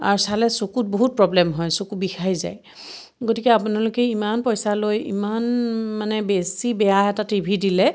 আৰু চালে চকুত বহুত প্ৰ'ব্লেম হয় চকু বিষাই যায় গতিকে আপোনালোকে ইমান পইচা লৈ ইমান মানে বেছি বেয়া এটা টি ভি দিলে